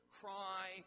cry